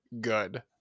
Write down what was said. good